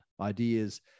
ideas